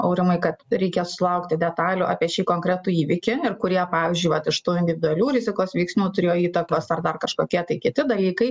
aurimai kad reikia sulaukti detalių apie šį konkretų įvykį ir kurie pavyzdžiui vat iš tų individualių rizikos veiksnių turėjo įtakos ar dar kažkokie tai kiti dalykai